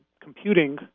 computing